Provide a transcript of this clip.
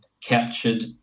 captured